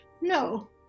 no